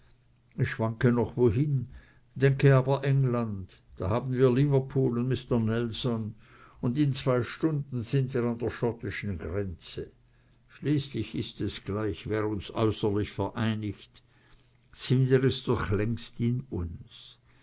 ich schwanke noch wohin denke aber england da haben wir liverpool und mister nelson und in zwei stunden sind wir an der schottischen grenze schließlich ist es gleich wer uns äußerlich vereinigt sind wir es doch längst in uns